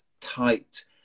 tight